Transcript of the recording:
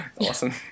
awesome